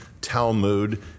Talmud